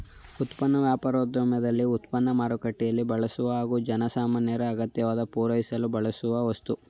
ಉತ್ಪನ್ನ ವ್ಯಾಪಾರೋದ್ಯಮದಲ್ಲಿ ಉತ್ಪನ್ನ ಮಾರುಕಟ್ಟೆಯಲ್ಲಿ ಬಳಸುವ ಹಾಗೂ ಜನಸಾಮಾನ್ಯರ ಅಗತ್ಯವನ್ನು ಪೂರೈಸಲು ಬಳಸುವ ವಸ್ತು